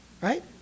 right